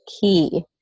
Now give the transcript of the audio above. key